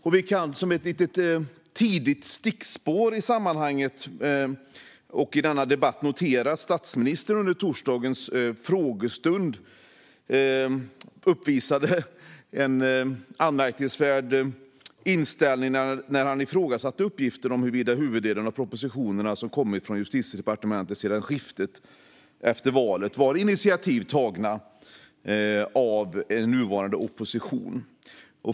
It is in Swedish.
Vi kan som ett tidigt stickspår i denna debatt notera att statsministern under torsdagens frågestund uppvisade en anmärkningsvärd inställning när han ifrågasatte uppgiften att huvuddelen av propositionerna som kommit från Justitiedepartementet sedan regeringsskiftet efter valet var initiativ tagna av nuvarande opposition.